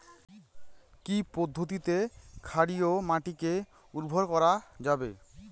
কি পদ্ধতিতে ক্ষারকীয় মাটিকে উর্বর করা যাবে?